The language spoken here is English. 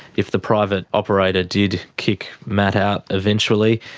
if the private operator did kick matt out eventually,